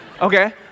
Okay